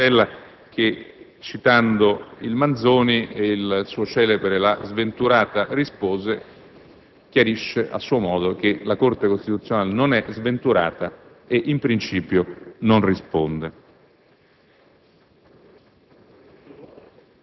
dell'autorevole senatore Manzella che, citando il Manzoni e il suo celebre: «la sventurata rispose», chiarisce a suo modo che la Corte costituzionale non è «sventurata» e, in principio, non risponde.